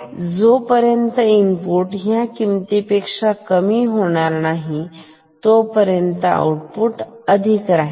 आणि जोपर्यंत इनपुट ह्या किंमती पेक्षा कमी होणार नाही तोपर्यंत आउटपुट अधिक राहील